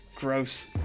gross